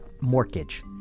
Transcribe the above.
Mortgage